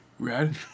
Red